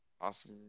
awesome